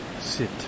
sit